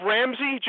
Ramsey